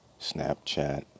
Snapchat